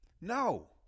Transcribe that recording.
No